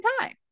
time